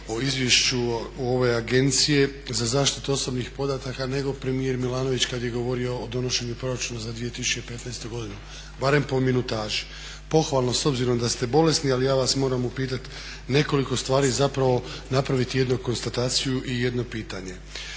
o Izvješću ove Agencije za zaštitu osobnih podataka nego premijer Milanović kad je govorio o donošenju proračuna za 2015. godinu, barem po minutaži. Pohvalno s obzirom da ste bolesni, ali ja vas moram upitati nekoliko stvari, zapravo napraviti jednu konstataciju i jedno pitanje.